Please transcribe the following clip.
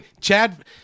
chad